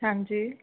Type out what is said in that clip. ਹਾਂਜੀ